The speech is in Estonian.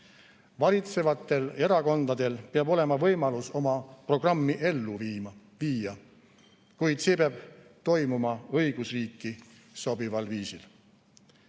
Valitsevatel erakondadel peab olema võimalus oma programmi ellu viia, kuid see peab toimuma õigusriiki sobival viisil. On